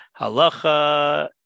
halacha